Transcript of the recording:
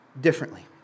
differently